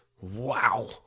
wow